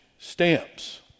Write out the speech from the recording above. stamps